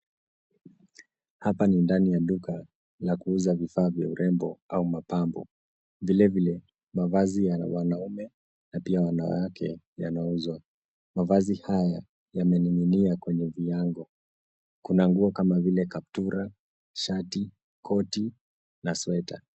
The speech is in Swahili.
Hapa ni ndani ya duka la kuuza vifaa vya urembo au mapambo .Vile vile mavazi ya wanaume na pia wanawake yanauzwa. Mavazi haya yamening'inia kwenye viango .Kuna nguo kama vile kaptura, shati, koti na sweta.